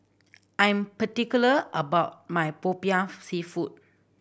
I'm particular about my Popiah Seafood